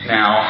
now